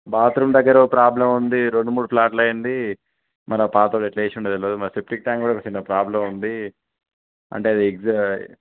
bathroom దగ్గర problem ఉంది రెండు మూడు సార్లు అయింది మరి పాతోడు ఎట్లేసిండో తెలదు మన సెప్టిక్ ట్యాంక్ కూడా చిన్న ప్రాబ్లం ఉంది అంటే అది ఎగ్జ